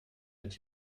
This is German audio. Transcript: mit